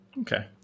Okay